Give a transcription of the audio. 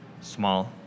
small